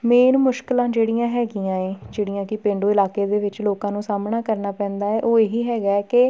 main ਮੁਸ਼ਕਲਾਂ ਜਿਹੜੀਆਂ ਹੈਗੀਆਂ ਹੈ ਜਿਹੜੀਆਂ ਕਿ ਪੇਂਡੂ ਇਲਾਕੇ ਦੇ ਵਿੱਚ ਲੋਕਾਂ ਨੂੰ ਸਾਹਮਣਾ ਕਰਨਾ ਪੈਂਦਾ ਹੈ ਉਹ ਇਹੀ ਹੈਗਾ ਹੈ ਕਿ